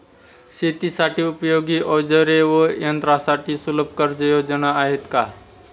शेतीसाठी उपयोगी औजारे व यंत्रासाठी सुलभ कर्जयोजना आहेत का?